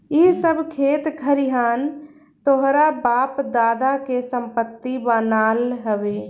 इ सब खेत खरिहान तोहरा बाप दादा के संपत्ति बनाल हवे